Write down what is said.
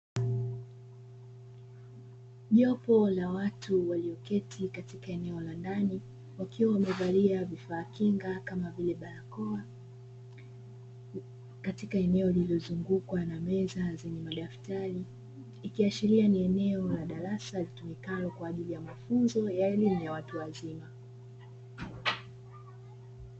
Jopo la watu walioketi katika eneo la ndani wakiwa wamevalia vifaa kinga kama vile barakoa. katika eneo lililozungukwa na meza zenye madaftari ikiashiria ni eneo la darasa litumikalo kwa ajili ya mafunzo ya elimu ya watu wazima.